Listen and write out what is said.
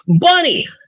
Bunny